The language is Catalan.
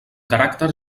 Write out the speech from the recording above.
caràcter